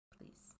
Please